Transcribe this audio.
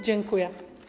Dziękuję.